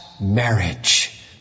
marriage